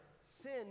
sin